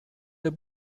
der